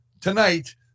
tonight